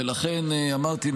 ולכן אמרתי,